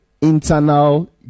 internal